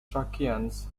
thracians